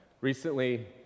Recently